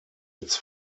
its